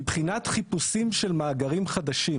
מבחינת חיפושים של מאגרים חדשים